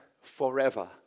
forever